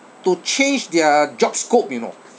to change their job scope you know